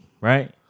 right